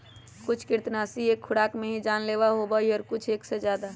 कुछ कृन्तकनाशी एक खुराक में ही जानलेवा होबा हई और कुछ एक से ज्यादा